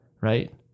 Right